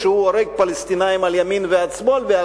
שהוא הורג פלסטינים על ימין ועל שמאל.